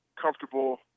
comfortable